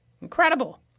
Incredible